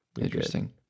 interesting